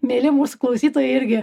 mieli mūsų klausytojai irgi